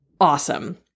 awesome